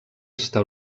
està